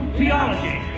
theology